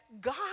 God